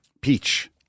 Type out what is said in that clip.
peach